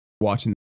watching